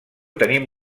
tenim